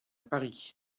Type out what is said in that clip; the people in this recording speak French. paris